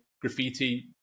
graffiti